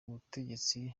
ubutegetsi